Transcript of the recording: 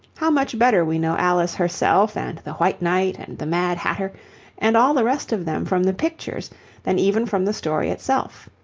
how much better we know alice herself and the white knight and the mad hatter and all the rest of them from the pictures than even from the story itself.